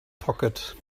pocket